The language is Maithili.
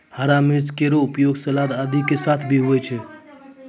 हरा मिर्च केरो उपयोग सलाद आदि के साथ भी होय छै